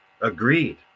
Agreed